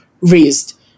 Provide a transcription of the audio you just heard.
raised